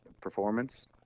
performance